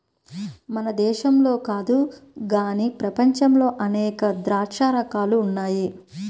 మన దేశంలో కాదు గానీ ప్రపంచంలో అనేక ద్రాక్ష రకాలు ఉన్నాయి